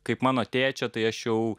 kaip mano tėčio tai aš jau